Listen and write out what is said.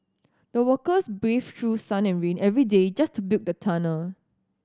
the workers braved through sun and rain every day just to build the tunnel